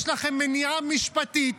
יש לכם מניעה משפטית,